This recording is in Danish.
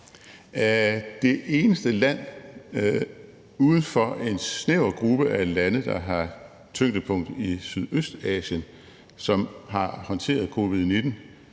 Det eneste land uden for en snæver gruppe af lande, der har tyngdepunkt i Sydøstasien, som har håndteret covid-19